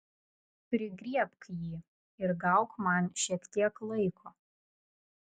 prigriebk jį ir gauk man šiek tiek laiko